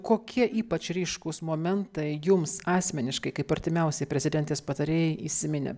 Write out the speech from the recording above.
kokie ypač ryškūs momentai jums asmeniškai kaip artimiausiai prezidentės patarėjai įsiminė